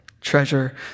treasure